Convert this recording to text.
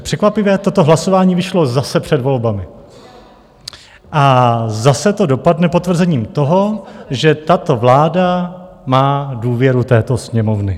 Překvapivě toto hlasování vyšlo zase před volbami a zase to dopadne potvrzením toho, že tato vláda má důvěru této Sněmovny.